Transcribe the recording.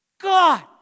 God